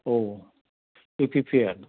औ U P P L